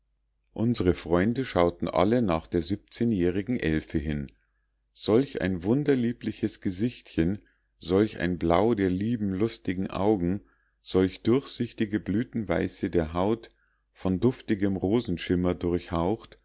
unsre freunde schauten alle nach der siebzehnjährigen elfe hin solch ein wunderliebliches gesichtchen solch ein blau der lieben lustigen augen solch durchsichtige blütenweiße der haut von duftigem